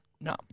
no